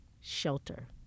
shelter